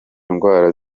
indwara